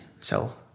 sell